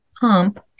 pump